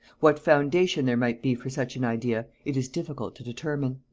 what foundation there might be for such an idea it is difficult to determine.